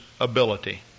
ability